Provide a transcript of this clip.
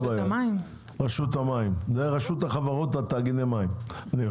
אם אנחנו